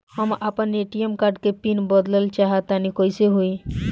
हम आपन ATM card के पीन बदलल चाहऽ तनि कइसे होई?